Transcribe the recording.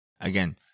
Again